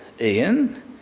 Ian